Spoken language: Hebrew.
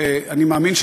אני מאמין,